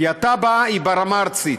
כי התב"ע היא ברמה הארצית.